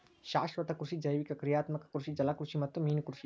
ಶಾಶ್ವತ ಕೃಷಿ ಜೈವಿಕ ಕ್ರಿಯಾತ್ಮಕ ಕೃಷಿ ಜಲಕೃಷಿ ಮತ್ತ ಮೇನುಕೃಷಿ